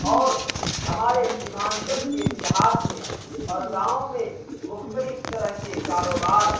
اور ہمارے سیمانچل کے دیہات میں اور گاؤں میں مختلف طرح کے کاروبار